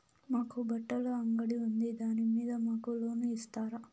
మాకు బట్టలు అంగడి ఉంది దాని మీద మాకు లోను ఇస్తారా